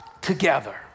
together